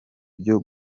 byo